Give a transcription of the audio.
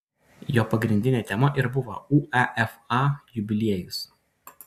jo pagrindinė tema ir buvo uefa jubiliejus